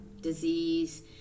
disease